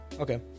Okay